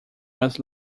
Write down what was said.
was